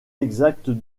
exact